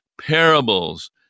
parables